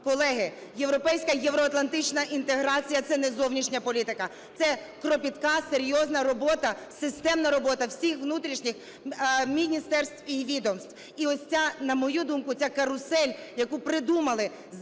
Колеги, європейська і євроатлантична інтеграція – це не зовнішня політика, це кропітка серйозна робота, системна робота всіх внутрішніх міністерств і відомств. І ось ця, на мою думку, ця карусель, яку придумали із змінами